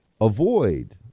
avoid